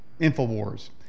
infowars